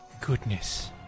goodness